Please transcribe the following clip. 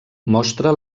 mostra